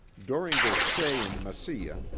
during their stay in mesilla,